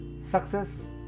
Success